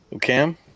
Cam